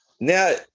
Now